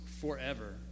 forever